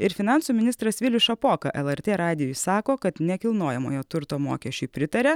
ir finansų ministras vilius šapoka lrt radijui sako kad nekilnojamojo turto mokesčiui pritaria